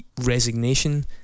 resignation